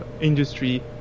industry